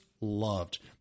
loved